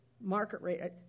market-rate